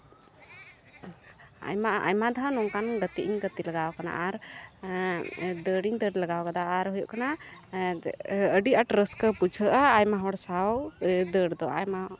ᱟᱭᱢᱟ ᱟᱭᱢᱟ ᱫᱷᱟᱣ ᱱᱚᱝᱠᱟᱱ ᱜᱟᱛᱮᱜ ᱤᱧ ᱜᱟᱛᱮ ᱞᱮᱜᱟᱣ ᱠᱟᱱᱟ ᱟᱨ ᱫᱟᱹᱲᱤᱧ ᱫᱟᱹᱲ ᱞᱮᱜᱟᱣ ᱠᱟᱫᱟ ᱟᱨ ᱟᱹᱰᱤ ᱟᱸᱴ ᱨᱟᱹᱥᱠᱟᱹ ᱵᱩᱡᱷᱟᱹᱜᱼᱟ ᱟᱭᱢᱟ ᱦᱚᱲ ᱥᱟᱶ ᱫᱟᱹᱲ ᱫᱚ ᱟᱭᱢᱟ